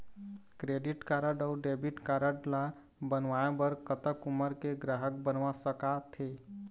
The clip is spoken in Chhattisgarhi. क्रेडिट कारड अऊ डेबिट कारड ला बनवाए बर कतक उमर के ग्राहक बनवा सका थे?